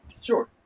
Sure